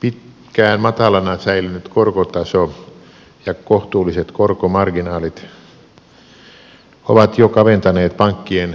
pitkään matalana säilynyt korkotaso ja kohtuulliset korkomarginaalit ovat jo kaventaneet pankkien tuloksellista toimintaa